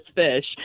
fish